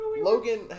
Logan